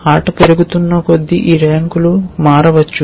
ఆట పెరుగుతున్న కొద్దీ ఈ ర్యాంకులు మారవచ్చు